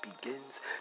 begins